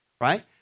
right